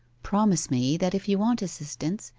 promise me that if you want assistance,